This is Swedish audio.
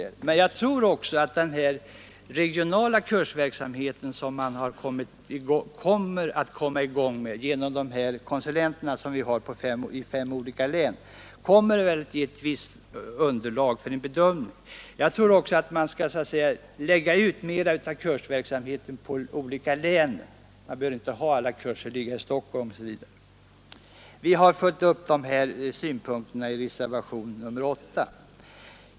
Men jag tror också att den regionala kursverksamhet som kommer i gång genom de konsulenter som finns i fem olika län skall ge visst underlag för en bedömning. Vidare tror jag att man skall så att säga lägga ut mera av kursverksamheten på de olika länen — man behöver inte ha alla kurser i Stockholm osv. Vi har följt upp de här synpunkterna i reservationen 8 vid näringsutskottets betänkande nr 54.